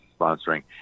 sponsoring